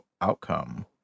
outcome